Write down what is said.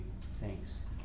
thanks